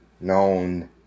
known